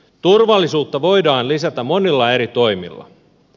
turvallisuutta voidaan lisätä monilla eri toimilla